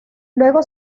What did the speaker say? luego